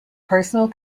personal